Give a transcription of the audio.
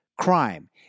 Crime